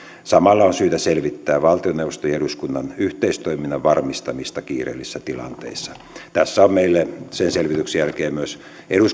samalla on syytä selvittää valtioneuvoston ja eduskunnan yhteistoiminnan varmistamista kiireellisissä tilanteissa tässä on meille sen selvityksen jälkeen myös